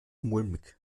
mulmig